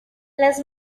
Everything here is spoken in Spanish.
las